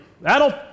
that'll